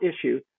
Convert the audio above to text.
issue